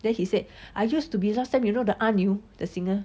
then he said I used to be last time you know the 阿牛 the singer